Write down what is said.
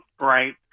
right